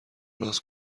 راست